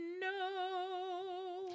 No